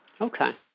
Okay